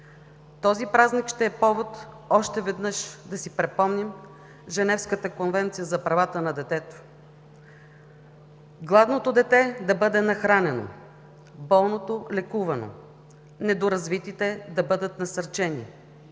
Този празник ще е повод още веднъж да си припомним Женевската конвенция за правата на детето. Гладното дете да бъде нахранено, болното – лекувано, недоразвитите да бъдат насърчени,